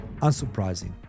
unsurprising